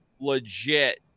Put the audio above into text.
legit